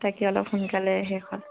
তাকে অলপ সোনকালে শেষ হ'লে